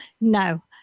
No